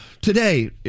Today